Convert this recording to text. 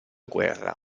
guerra